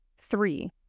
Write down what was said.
Three